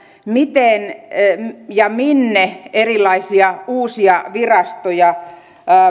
miten ja minne erilaisia uusia virastoja